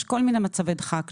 יש כל מיני מצבי דחק.